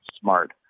smart